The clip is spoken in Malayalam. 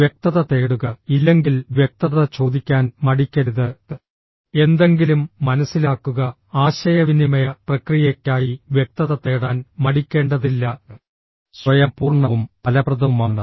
വ്യക്തത തേടുക ഇല്ലെങ്കിൽ വ്യക്തത ചോദിക്കാൻ മടിക്കരുത് എന്തെങ്കിലും മനസിലാക്കുക ആശയവിനിമയ പ്രക്രിയയ്ക്കായി വ്യക്തത തേടാൻ മടിക്കേണ്ടതില്ല സ്വയം പൂർണ്ണവും ഫലപ്രദവുമാണ്